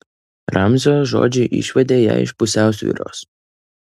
ramzio žodžiai išvedė ją iš pusiausvyros